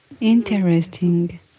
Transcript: Interesting